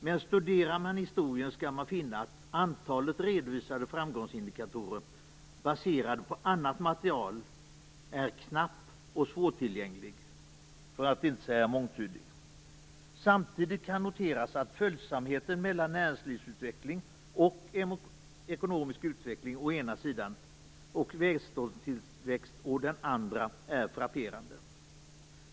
Men studerar man historien skall man finna att de redovisade framgångsindikatorer som är baserade på annat material är knappa och svårtillgängliga, för att inte säga mångtydiga. Samtidigt kan noteras att följsamheten mellan näringslivsutveckling och ekonomisk utveckling å ena sidan och välståndstillväxt å den andra är frapperande.